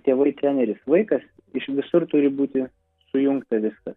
tėvai treneris vaikas iš visur turi būti sujungta viskas